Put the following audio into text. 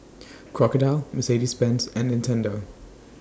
Crocodile Mercedes Benz and Nintendo